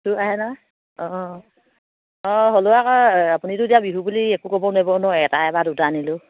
চোৰ আহে ন অঁ অঁ হ'লেও আকৌ আপুনিতো এতিয়া বিহু বুলি একো ক'ব নোৱাৰিব ন এটা বা দুটা নিলেও